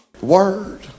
Word